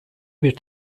bir